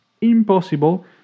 impossible